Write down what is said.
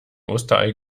osterei